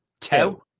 Two